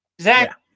Zach